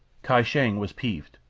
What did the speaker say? kai shang was peeved.